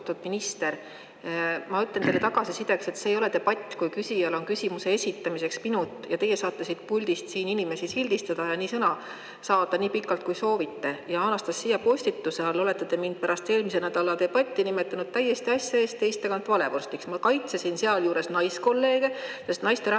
Ma ütlen teile tagasisideks, et see ei ole debatt, kui küsijal on küsimuse esitamiseks minut ja teie saate siit puldist inimesi sildistada ja üldse sõna võtta nii pikalt, kui soovite. Anastassia postituse all olete te mind pärast eelmise nädala debatti nimetanud täiesti asja ees, teist taga valevorstiks. Ma kaitsesin sealjuures naiskolleege, sest naisterahvaste